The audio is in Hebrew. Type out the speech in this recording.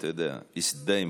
בסדר,